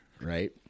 Right